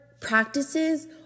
practices